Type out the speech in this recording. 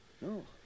no